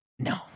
No